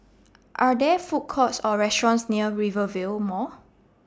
Are There Food Courts Or restaurants near Rivervale Mall